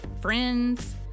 friends